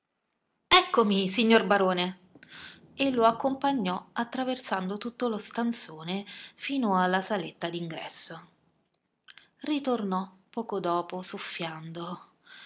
eccomi signor barone e lo accompagnò attraversando tutto lo stanzone fino alla saletta d'ingresso ritornò poco dopo soffiando